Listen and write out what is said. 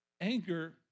Anger